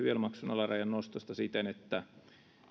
yel maksun alarajan nostosta siten että